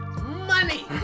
money